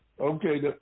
Okay